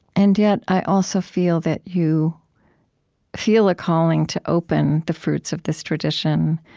and yet, i also feel that you feel a calling to open the fruits of this tradition.